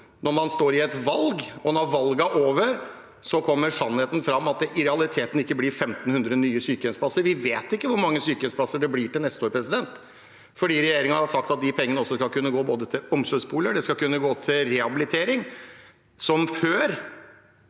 når man står i et valg, og at når valget er over, kommer sannheten fram, at det i realiteten ikke blir 1 500 nye sykehjemsplasser? Vi vet ikke hvor mange sykehjemsplasser det blir til neste år, for regjeringen har sagt at de pengene også skal kunne gå til omsorgsboliger, og de skal kunne gå til rehabilitering. Som før